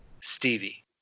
Stevie